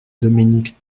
dominique